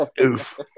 Oof